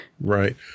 Right